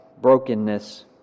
brokenness